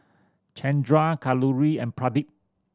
Chandra Kalluri and Pradip